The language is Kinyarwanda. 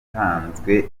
yatanzwe